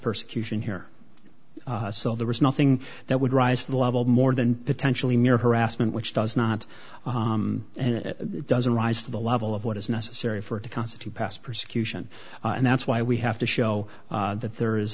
persecution here so there was nothing that would rise to the level of more than potentially mere harassment which does not and it doesn't rise to the level of what is necessary for it to constitute past persecution and that's why we have to show that there is